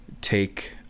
take